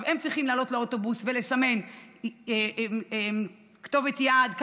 הם צריכים לעלות לאוטובוס ולסמן כתובת יעד,